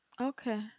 Okay